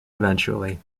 eventually